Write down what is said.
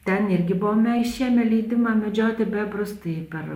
ten irgi buvome išėmę leidimą medžioti bebrus tai per